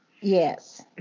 Yes